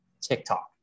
tiktok